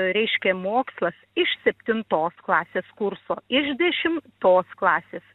reiškia mokslas iš septintos klasės kurso iš dešimtos klasės